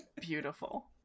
beautiful